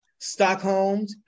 Stockholms